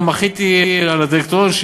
גם מחיתי על הדירקטוריון,